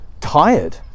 tired